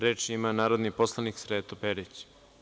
Reč ima narodni poslanik Sreto Perić.